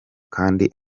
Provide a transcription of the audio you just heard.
kandi